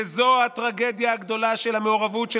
וזאת הטרגדיה הגדולה של המעורבות של